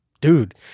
dude